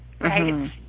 right